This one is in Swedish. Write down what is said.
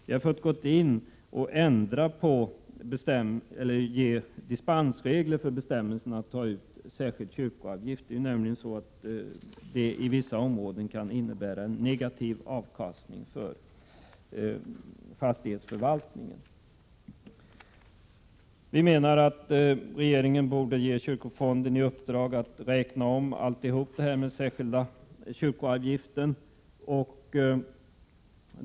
Vi har fått gå in och medverka till dispensregler för bestämmelserna när det gäller att ta ut en särskild kyrkoavgift. I vissa områden kan detta nämligen innebära en negativ avkastning för fastighetsförvaltningen. Vi menar att regeringen borde ge kyrkofonden i uppdrag att helt räkna om den särskilda kyrkoavgiften.